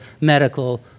medical